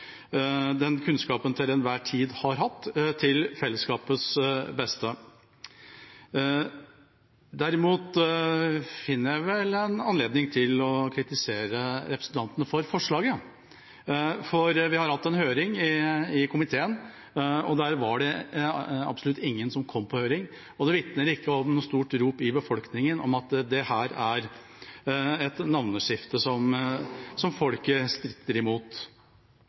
den kunnskapen en til enhver tid har hatt, til fellesskapets beste. Derimot finner jeg vel at dette er en anledning til å kritisere representantene for forslaget. For vi har hatt en høring i komiteen, og det var absolutt ingen som kom på høring, og det vitner ikke om noe stort rop i befolkningen om at dette er et navneskifte som folket stritter imot.